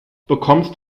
bekommst